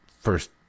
first